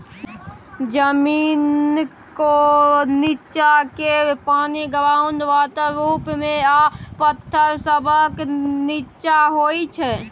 जमीनक नींच्चाँ केर पानि ग्राउंड वाटर रुप मे आ पाथर सभक नींच्चाँ होइ छै